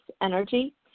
energy